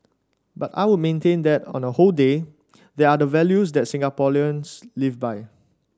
but I would maintain that on the whole they are the values that Singaporeans live by